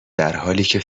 درحالیکه